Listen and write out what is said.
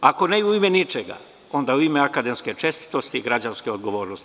Ako ne u ime ničega, onda u ime akademske čestitosti, građanske odgovornosti.